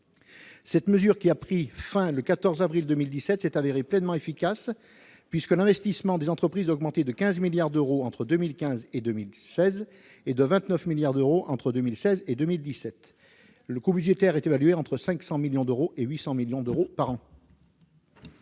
Cette mesure, qui a pris fin le 14 avril 2017, s'est révélée pleinement efficace, puisque l'investissement des entreprises a augmenté de 15 milliards d'euros entre 2015 et 2016 et de 29 milliards d'euros entre 2016 et 2017. Le coût budgétaire est évalué entre 500 millions et 800 millions d'euros par an.